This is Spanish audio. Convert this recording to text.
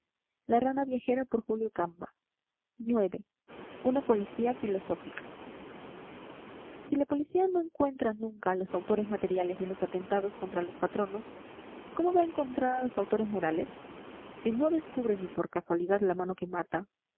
explotamos ix una policía filosófica si la policía no encuentra nunca a los autores materiales de los atentados contra los patronos cómo va a encontrar a los autores morales si no descubre ni por casualidad la mano que mata